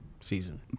season